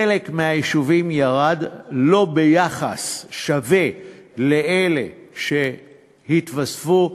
חלק מהיישובים ירד, לא ביחס שווה לאלה שהתווספו.